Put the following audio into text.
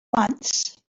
once